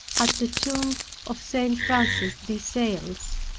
at the tomb of st. francis de sales.